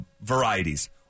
varieties